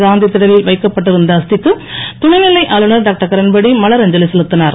காந்திதடலில் வைக்கப்பட்டு இருந்த அஸ்திக்கு துணைநிலை ஆளுநர் டாக்டர் கிரண்பேடி மலரஞ்சலி செலுத்தினார்